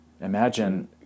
Imagine